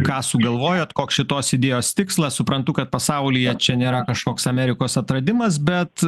ką sugalvojot koks šitos idėjos tikslas suprantu kad pasaulyje čia nėra kažkoks amerikos atradimas bet